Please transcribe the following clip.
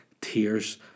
tears